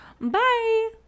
Bye